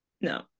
No